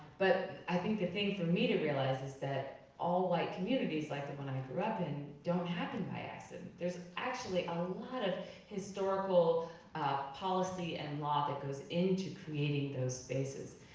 but i think the thing for me to realize is that all-white communities like the one i grew up in don't happen by accident. there's actually a lot of historical policy and law that goes into creating those spaces.